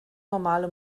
normale